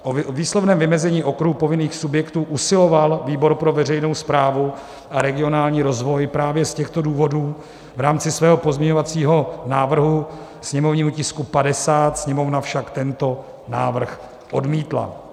O výslovném vymezení okruhu povinných subjektů usiloval výbor pro veřejnou správu a regionální rozvoj právě z těchto důvodů v rámci svého pozměňovacího návrhu k sněmovnímu tisku 50, Sněmovna však tento návrh odmítla.